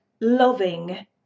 loving